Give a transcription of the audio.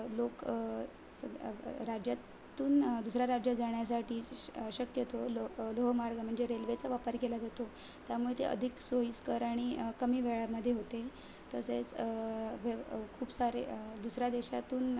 लोक राज्यातून दुसऱ्या राज्यात जाण्यासाठी श शक्यतो लो लोहमार्ग म्हणजे रेल्वेचा वापर केला जातो त्यामुळे ते अधिक सोयीस्कर आणि कमी वेळामध्ये होते तसेच व्य खूप सारे दुसऱ्या देशातून